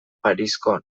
parisko